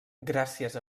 gràcies